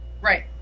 Right